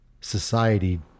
society